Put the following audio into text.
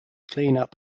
cleanup